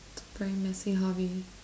very messy hobby